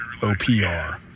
OPR